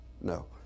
No